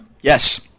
Yes